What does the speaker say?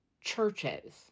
churches